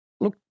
Look